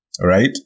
right